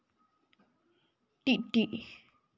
बीज के भी उपचार कैल जाय की?